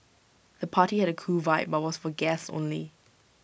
the party had A cool vibe but was for guests only